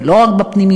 ולא רק בפנימיות,